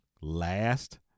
last